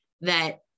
that-